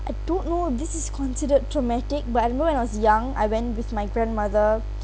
I don't know if this is considered traumatic but I do know when I was young I went with my grandmother